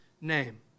name